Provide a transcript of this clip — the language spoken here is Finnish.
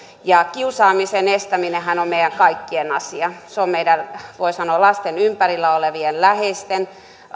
ja kiusaamisen estäminenhän on meidän kaikkien asia se on meidän voi sanoa lasten ympärillä olevien läheisten